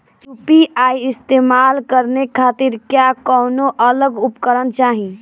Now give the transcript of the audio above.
UPI इस्तेमाल करने खातिर क्या कौनो अलग उपकरण चाहीं?